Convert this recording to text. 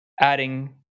adding